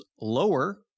lower